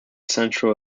central